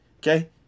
okay